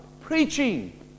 Preaching